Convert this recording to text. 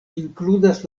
inkludas